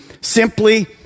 simply